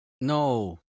No